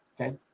Okay